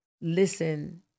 listen